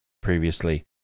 previously